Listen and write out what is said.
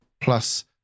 plus